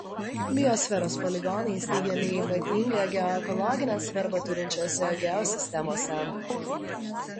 biosferos poligonai steigiami ypatingą geoekologinę svarbą turinčiose geosistemose